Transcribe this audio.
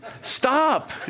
stop